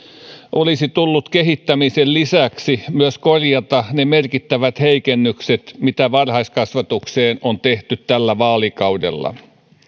olisi tullut kehittämisen lisäksi myös korjata ne merkittävät heikennykset mitä varhaiskasvatukseen on tehty tällä vaalikaudella